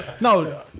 No